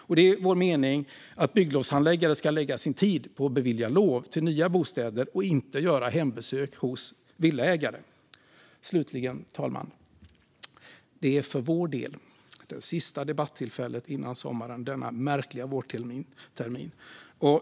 Och det är vår mening att bygglovshandläggare ska lägga sin tid på att bevilja lov för nya bostäder och inte på att göra hembesök hos villaägare. Fru talman! För vår del är detta det sista debattillfället denna märkliga vårtermin före sommaren.